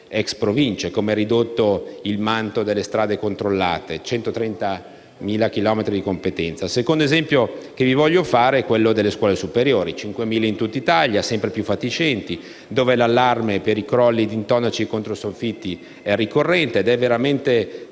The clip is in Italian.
come è ridotto il manto delle strade controllate (130.000 chilometri di competenza). Il secondo esempio riguarda le scuole superiori: 5.000 in tutta Italia, sempre più fatiscenti, dove l'allarme per i crolli di intonaci o controsoffitti è ricorrente. Ed è veramente